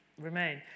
Remain